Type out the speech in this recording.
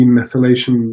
methylation